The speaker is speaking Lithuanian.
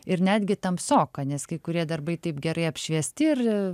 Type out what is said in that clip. ir netgi tamsoka nes kai kurie darbai taip gerai apšviesti ir